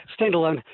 standalone